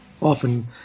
often